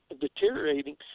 deteriorating